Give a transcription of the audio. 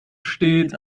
steht